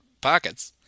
pockets